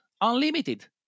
unlimited